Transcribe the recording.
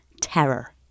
Terror